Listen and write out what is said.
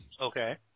Okay